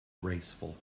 graceful